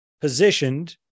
positioned